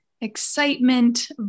excitement